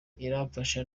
iramfasha